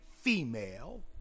female